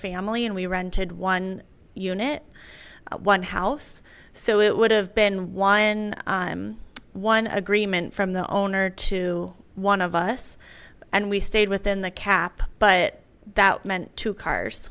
family and we rented one unit one house so it would have been one one agreement from the owner to one of us and we stayed within the cap but that meant two cars